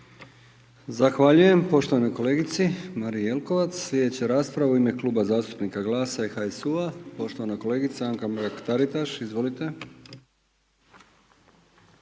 Zahvaljujem poštovanoj kolegici Mariji Jelkovac. Slijedeća rasprava u ime Kluba zastupnika GLAS-a i HSU-u poštovana kolegica Anka Mrak-Taritaš, izvolite.